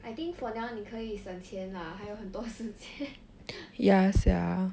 I think for now 你可以省钱 lah 还有很多时间